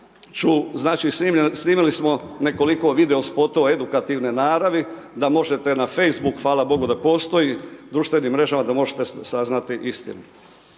znači snimili smo nekoliko videospotova edukativne naravi da možete na Facebook, hvala Bogu da postoji, društvenim mrežama da možete saznati istinu.